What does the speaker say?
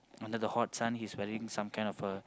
under the hot son he's wearing some kind of a